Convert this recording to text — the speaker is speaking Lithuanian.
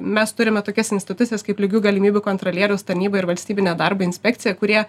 mes turime tokias institucijas kaip lygių galimybių kontrolieriaus tarnyba ir valstybinė darbo inspekcija kurie